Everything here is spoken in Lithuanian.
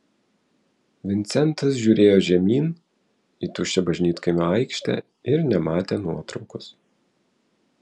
vincentas žiūrėjo žemyn į tuščią bažnytkaimio aikštę ir nematė nuotraukos